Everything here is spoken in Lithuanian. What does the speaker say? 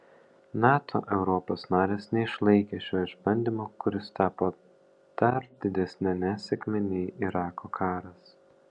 nato europos narės neišlaikė šio išbandymo kuris tapo dar didesne nesėkme nei irako karas